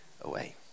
away